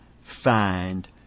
find